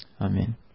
Amen